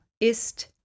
ist